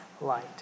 light